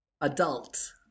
adult